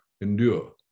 endure